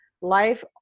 life